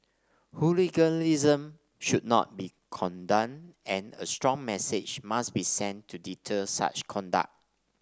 hooliganism should not be condoned and a strong message must be sent to deter such conduct